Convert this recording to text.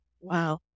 Wow